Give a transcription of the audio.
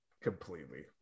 completely